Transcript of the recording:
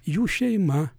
jų šeima